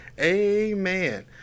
Amen